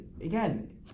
again